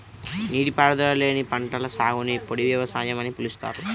నీటిపారుదల లేని పంటల సాగుని పొడి వ్యవసాయం అని పిలుస్తారు